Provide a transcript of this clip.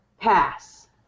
Pass